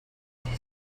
movie